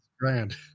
grand